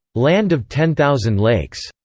land of ten thousand lakes,